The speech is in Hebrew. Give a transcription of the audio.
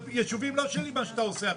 יישובים לא שלי, מה שאתה עושה עכשיו.